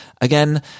Again